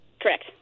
Correct